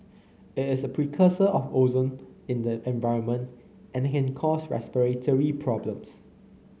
it is a precursor of ozone in the environment and can cause respiratory problems